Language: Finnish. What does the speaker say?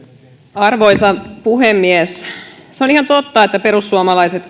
arvoisa puhemies se on ihan totta että perussuomalaiset